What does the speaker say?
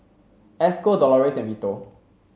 Esco Dolores and Vito